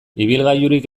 ibilgailurik